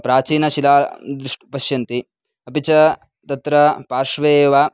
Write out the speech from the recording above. प्राचीनशिला दृश् पश्यन्ति अपि च तत्र पार्श्वे एव